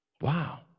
Wow